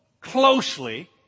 closely